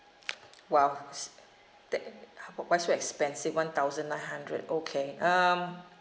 !wow! s~ that uh how why so expensive one thousand nine hundred okay um